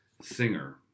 singer